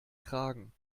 kragen